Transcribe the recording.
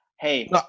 hey